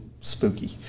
spooky